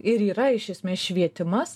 ir yra iš esmės švietimas